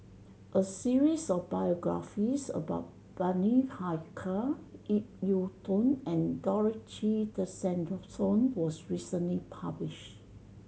a series of biographies about Bani Haykal Ip Yiu Tung and Dorothy Tessensohn was recently publish